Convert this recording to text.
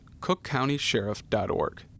cookcountysheriff.org